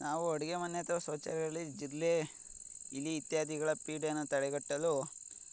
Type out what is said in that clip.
ನಾವು ಅಡುಗೆ ಮನೆ ಅಥವಾ ಶೌಚಾಲಗಳಿಗೆ ಜಿರಲೆ ಇಲಿ ಇತ್ಯಾದಿಗಳ ಪೀಡೆನ ತಡೆಗಟ್ಟಲು